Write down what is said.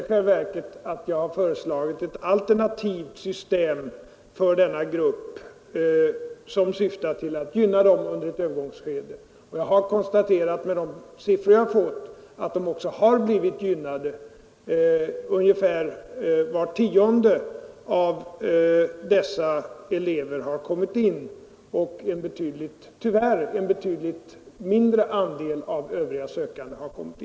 I själva verket har jag föreslagit ett alternativt system för denna grupp som syftar till att gynna den under ett övergångsskede, och jag har konstaterat av de siffror jag har fått att den också blivit gynnad. Ungefär var tionde av dessa elever har kommit in, och det är tyvärr en betydligt mindre andel av övriga sökande som har gjort det.